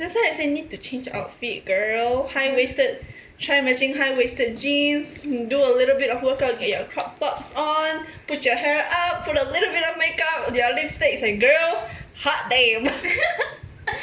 that's why I say need to change outfit girl high waisted try matching high waisted jeans do a little bit of work out get your crop tops on put your hair up put a little bit of make up your lipsticks and girl hot babe